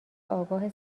آگاه